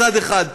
מצד אחד,